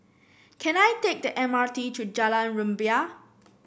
can I take the M R T to Jalan Rumbia